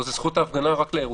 פה זכות ההפגנה רק לירושלמים.